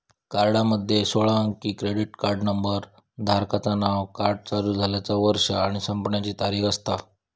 कार्डामध्ये सोळा अंकी क्रेडिट कार्ड नंबर, धारकाचा नाव, कार्ड चालू झाल्याचा वर्ष आणि संपण्याची तारीख असता